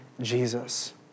Jesus